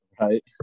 Right